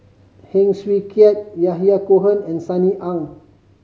Heng Swee Keat Yahya Cohen and Sunny Ang